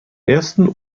ersten